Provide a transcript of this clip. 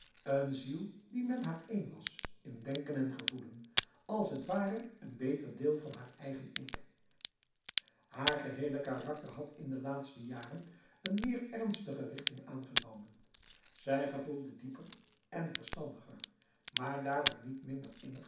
een ziel die met haar één was in denken en gevoelen als het ware een beter deel van haar eigen ik haar geheele karakter had in de laatste jaren een meer ernstige richting aangenomen zij gevoelde dieper en verstandiger maar daarom niet minder innig